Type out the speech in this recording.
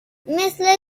مثل